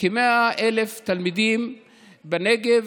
כ-100,000 תלמידים בנגב,